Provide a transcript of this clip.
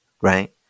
Right